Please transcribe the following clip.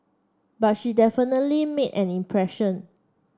but she definitely made an impression